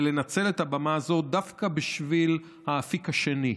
ולנצל את הבמה הזו דווקא בשביל האפיק השני: